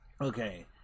Okay